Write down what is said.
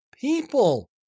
people